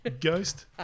ghost